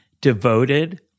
devoted